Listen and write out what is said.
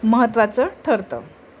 महत्त्वाचं ठरतं